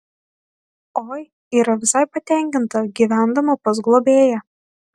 oi yra visai patenkinta gyvendama pas globėją